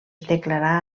declarà